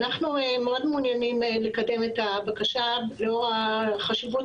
אנחנו מאוד מעוניינים לקדם את הבקשה לאור החשיבות